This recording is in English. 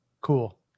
Cool